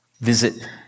visit